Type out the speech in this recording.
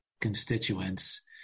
constituents